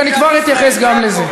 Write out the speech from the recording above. איציק, אני כבר אתייחס גם לזה.